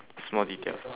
small details